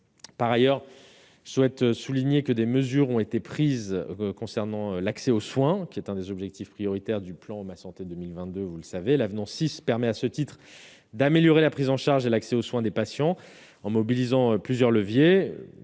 par ailleurs souhaite souligner que des mesures ont été prises concernant l'accès aux soins qui est un des objectifs prioritaires du plan ma santé 2022, vous le savez l'avenant 6 permet à ce titre, d'améliorer la prise en charge et l'accès aux soins des patients en mobilisant plusieurs leviers: